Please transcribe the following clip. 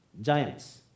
Giants